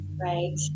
right